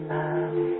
love